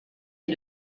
est